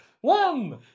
one